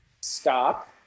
stop